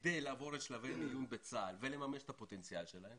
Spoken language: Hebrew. כדי לעבור שלבי מיון בצה"ל ולממש את הפוטנציאל שלהם